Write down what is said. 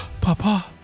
Papa